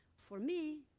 for me,